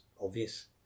obvious